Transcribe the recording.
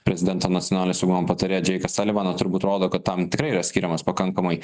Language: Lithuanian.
prezidento nacionalinio saugumo patarėją džeiką salivaną turbūt rodo kad tam tikrai yra skiriamas pakankamai